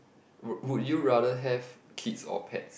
would would you rather have kids or pets